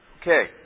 Okay